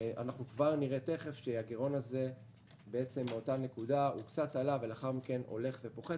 תיכף נראה שהגירעון הזה מאותה נקודה קצת עלה ולאחר מכן הולך ופוחת.